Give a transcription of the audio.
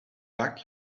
back